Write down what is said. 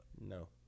No